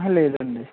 లేదండి